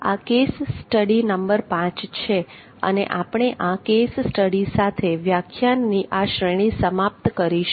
આ case study number પાંચ છે અને આપણે આ કેસ સ્ટડી સાથે વ્યાખ્યાનની આ શ્રેણી સમાપ્ત કરીશું